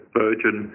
virgin